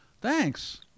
thanks